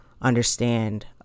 understand